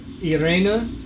Irena